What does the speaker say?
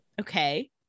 Okay